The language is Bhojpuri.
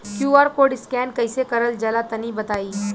क्यू.आर कोड स्कैन कैसे क़रल जला तनि बताई?